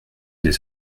des